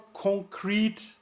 concrete